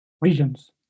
regions